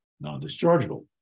non-dischargeable